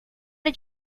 did